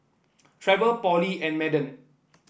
Trevor Polly and Madden